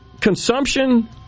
consumption